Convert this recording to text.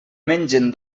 mengen